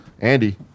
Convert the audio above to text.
Andy